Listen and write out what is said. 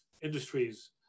industries